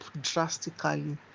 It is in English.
drastically